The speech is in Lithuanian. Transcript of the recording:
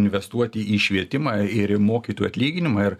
investuoti į švietimą ir į mokytojų atlyginimą ir